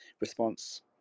response